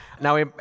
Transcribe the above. Now